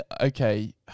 okay